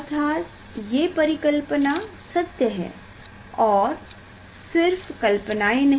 अर्थात ये परिकल्पना सत्य हैं और सिर्फ कल्पनायें नहीं